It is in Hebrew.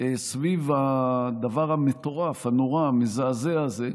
סביב הדבר המטורף, הנורא, המזעזע הזה,